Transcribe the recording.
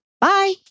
Bye